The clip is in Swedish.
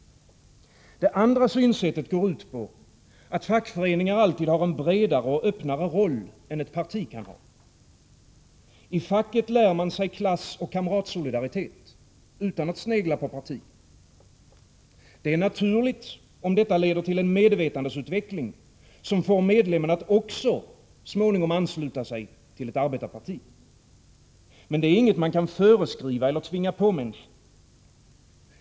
Det andra synsättet går ut på att fackföreningar alltid har en bredare och öppnare roll än ett parti kan ha. I facket lär man sig klassoch kamratsolidaritet, utan att snegla på partiet. Det är naturligt om detta leder till en medvetandeutveckling, som får medlemmen att också så småningom ansluta sig till ett arbetarparti. Men det är inget man kan föreskriva eller tvinga på människor.